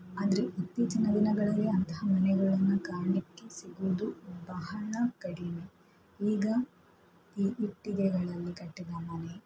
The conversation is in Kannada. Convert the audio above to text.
ಆದರೆ ಇತ್ತೀಚಿನ ದಿನಗಳಲ್ಲಿ ಅಂತಹ ಮನೆಗಳನ್ನು ಕಾಣಲಿಕ್ಕೆ ಸಿಗೋದು ಬಹಳ ಕಡಿಮೆ ಈಗ ಈ ಇಟ್ಟಿಗೆಗಳಲ್ಲಿ ಕಟ್ಟಿದ ಮನೆ